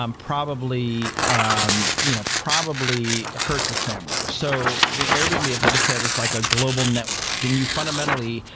um probably um you know probably hurt the samwers. so yeah airbnb, as i just said, is like a global network, and you fundamentally,